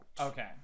Okay